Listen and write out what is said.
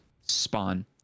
spawn